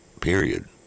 period